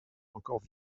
encore